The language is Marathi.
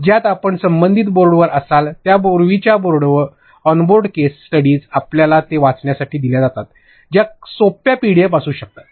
ज्यात आपण संबंधित बोर्डवर असाल त्या पूर्वीच्या ऑनबोर्ड केस स्टडीज आपल्याला ते वाचण्यासाठी दिल्या जातात ज्या सोप्या पीडीएफ असू शकतात